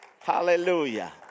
Hallelujah